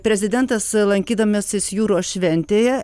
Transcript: prezidentas lankydamasis jūros šventėje